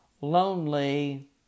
Lonely